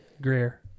Greer